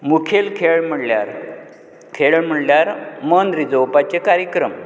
मुखेल खेळ म्हणळ्यार खेळ म्हणळ्यार मन रिजोवपाचें कार्यक्रम